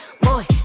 Boy